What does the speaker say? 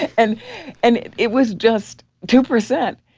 and and it it was just two percent.